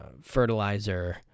fertilizer